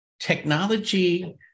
Technology